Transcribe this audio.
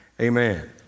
amen